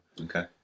Okay